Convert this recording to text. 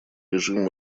режим